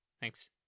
Thanks